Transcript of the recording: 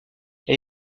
elle